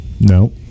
No